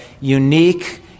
unique